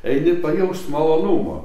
eini pajaust malonumo